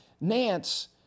Nance